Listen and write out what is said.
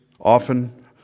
often